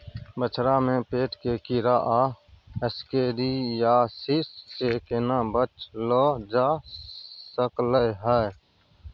बछरा में पेट के कीरा आ एस्केरियासिस से केना बच ल जा सकलय है?